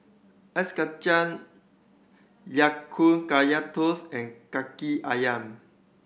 Ice Kachang Ya Kun Kaya Toast and Kaki Ayam